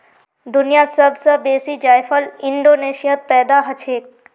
दुनियात सब स बेसी जायफल इंडोनेशियात पैदा हछेक